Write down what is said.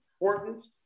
important